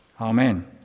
Amen